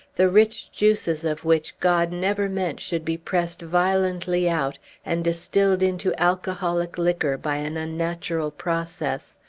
the rich juices of which god never meant should be pressed violently out and distilled into alcoholic liquor by an unnatural process,